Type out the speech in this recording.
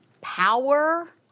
power